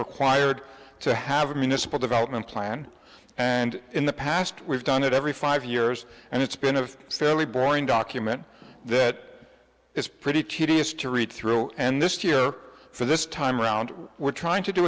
required to have a municipal development plan and in the past we've done it every five years and it's been of silly boring document that is pretty tedious to read through and this year for this time around we're trying to do